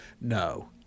No